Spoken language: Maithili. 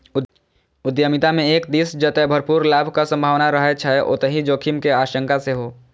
उद्यमिता मे एक दिस जतय भरपूर लाभक संभावना रहै छै, ओतहि जोखिम के आशंका सेहो